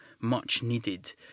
much-needed